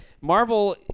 Marvel